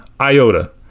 iota